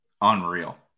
unreal